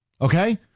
Okay